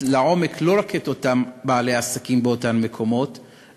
לעומק לא רק את אותם בעלי עסקים באותם מקומות,